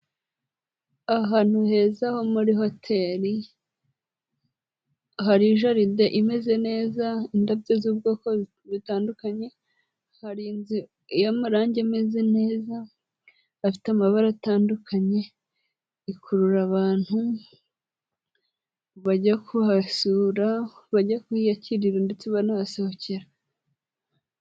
Ahantu heza ho muri hoteri, hari jaride imeze neza indabyo z'ubwoko butandukanye, hari inzu y'amarangi ameze neza afite amabara atandukanye, ikurura abantu bajya kuhasura, bajya kuhiyakirira ndetse banahasohokera.